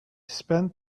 spent